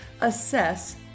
assess